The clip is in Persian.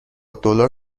دلار